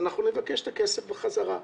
אנחנו נבקש את הכסף בחזרה.